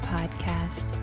Podcast